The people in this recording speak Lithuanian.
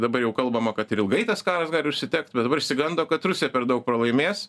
dabar jau kalbama kad ir ilgai tas karas gali užsitekt bet dabar išsigando kad rusija per daug pralaimės